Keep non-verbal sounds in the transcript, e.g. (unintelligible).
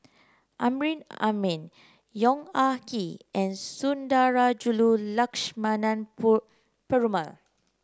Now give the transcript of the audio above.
Amrin Amin Yong Ah Kee and Sundarajulu Lakshmana (unintelligible) Perumal